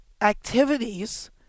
activities